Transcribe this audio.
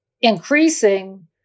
increasing